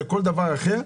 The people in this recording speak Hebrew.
לכל דבר אחר,